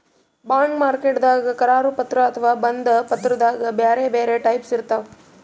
bond ಮಾರ್ಕೆಟ್ದಾಗ್ ಕರಾರು ಪತ್ರ ಅಥವಾ ಬಂಧ ಪತ್ರದಾಗ್ ಬ್ಯಾರೆ ಬ್ಯಾರೆ ಟೈಪ್ಸ್ ಇರ್ತವ್